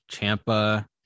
Champa